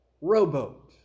rowboat